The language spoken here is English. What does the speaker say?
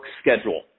schedule